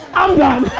i'm done.